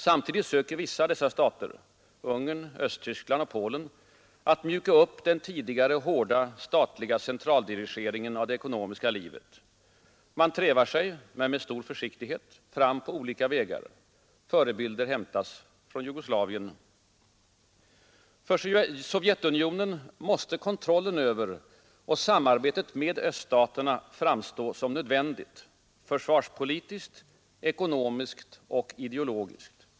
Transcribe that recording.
Samtidigt söker vissa av dessa stater — Ungern, Östtyskland och Polen — att mjuka upp den tidigare hårda statliga centraldirigeringen av det ekonomiska livet. Man trevar sig — men med stor försiktighet — fram på olika vägar. Förebilder hämtas från Jugoslavien. För Sovjetunionen framstår kontrollen över och samarbetet med öststaterna som nödvändigt — försvarspolitiskt, ekonomiskt och ideologiskt.